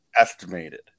estimated